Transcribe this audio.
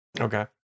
Okay